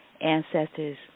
ancestors